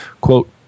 quote